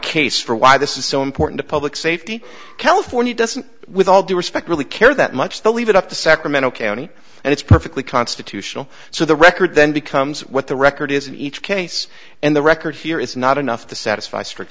case for why this is so important to public safety california doesn't with all due respect really care that much they'll leave it up to sacramento county and it's perfectly constitutional so the record then becomes what the record is in each case and the record here is not enough to satisfy strict